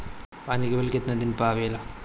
पानी के बिल केतना दिन पर आबे ला?